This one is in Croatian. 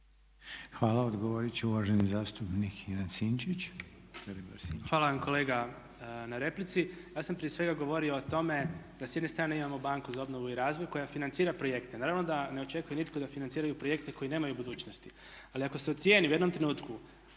Ivan Vilibor (Živi zid)** Hvala vam kolega na replici. Ja sam prije svega govorio o tome da s jedne strane imamo HBOR koja financira projekte. Naravno da ne očekuje nitko da financiraju projekte koji nemaju budućnosti. Ali ako se ocijeni u jednom trenutku